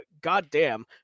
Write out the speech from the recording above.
goddamn